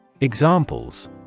Examples